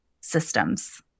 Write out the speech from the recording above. systems